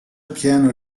pieno